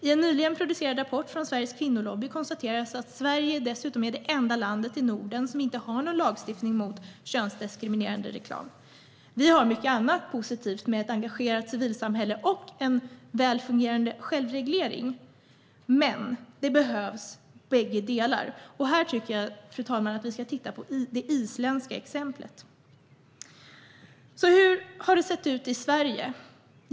I en nyligen producerad rapport från Sveriges kvinnolobby konstateras att Sverige dessutom är det enda landet i Norden som inte har någon lagstiftning mot könsdiskriminerande reklam. Vi har mycket annat positivt, med ett engagerat civilsamhälle och en välfungerande självreglering. Men båda delar behövs. Jag tycker, fru talman, att vi ska titta på det isländska exemplet. Hur har det då sett ut i Sverige?